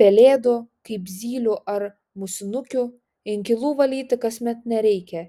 pelėdų kaip zylių ar musinukių inkilų valyti kasmet nereikia